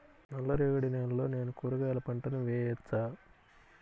నల్ల రేగడి నేలలో నేను కూరగాయల పంటను వేయచ్చా?